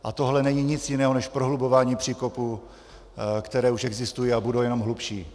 A tohle není nic jiného než prohlubování příkopů, které už existují a budou jenom hlubší.